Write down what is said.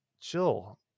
Chill